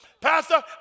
Pastor